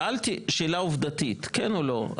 שאלתי שאלה עובדתית, כן או לא.